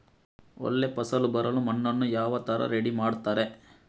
ಒಳ್ಳೆ ಫಸಲು ಬರಲು ಮಣ್ಣನ್ನು ಯಾವ ತರ ರೆಡಿ ಮಾಡ್ತಾರೆ?